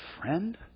friend